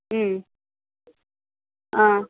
ம் ஆ